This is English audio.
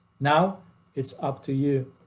now it's up to you.